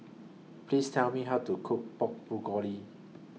Please Tell Me How to Cook Pork Bulgogi